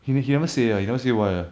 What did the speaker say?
he he never ah he never say why ah